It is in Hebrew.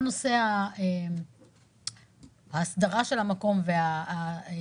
כל נושא ההסדרה של המקום והאלימות,